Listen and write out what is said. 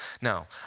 Now